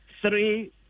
Three